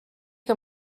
que